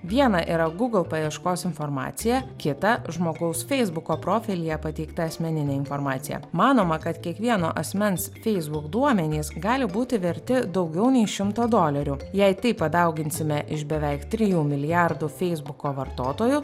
viena yra gugl paieškos informacija kita žmogaus feisbuko profilyje pateikta asmeninė informacija manoma kad kiekvieno asmens feisbuk duomenys gali būti verti daugiau nei šimto dolerių jei tai padauginsime iš beveik trijų milijardų feisbuko vartotojų